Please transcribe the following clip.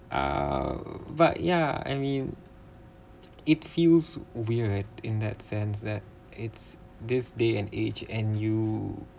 ah but yeah I mean it feels weird in that sense that it's this day and age and you